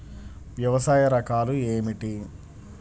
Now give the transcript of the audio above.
వ్యవసాయ రకాలు ఏమిటి?